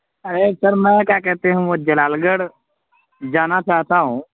ارے sir میں کیا کہتے ہیں وہ جلال گڑھ جانا چاہتا ہوں